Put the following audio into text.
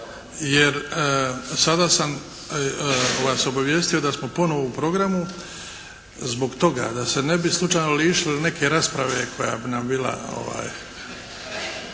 jer sada sam vas obavijestio da smo ponovo u programu zbog toga da se ne bi slučajno lišili neke rasprave koja bi nam bila